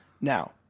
Now